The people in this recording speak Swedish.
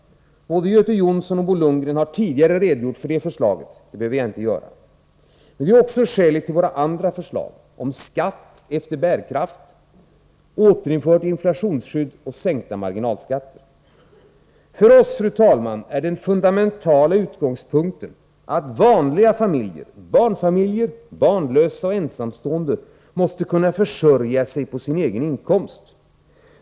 Göte Jonsson och Bo Lundgren har tidigare i debatten redogjort för det förslaget — det behöver jag inte göra. Det är också skälet till våra andra förslag om skatt efter bärkraft, återinfört inflationsskydd och sänkta marginalskatter. För oss, fru talman, är den fundamentala utgångspunkten att vanliga familjer, barnfamiljer, barnlösa och ensamstående, måste kunna försörja sig på sin egen inkomst.